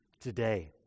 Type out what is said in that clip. today